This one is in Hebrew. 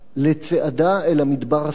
לצעדה אל המדבר הסורי.